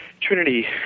Trinity